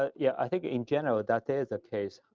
ah yeah i think in general that is the case.